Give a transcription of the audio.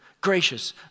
Gracious